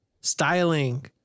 styling